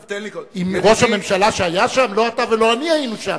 עם ראש הממשלה שהיה שם, לא אתה ולא אני היינו שם.